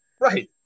Right